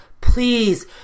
please